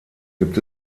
gibt